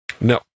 no